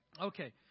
Okay